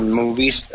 movies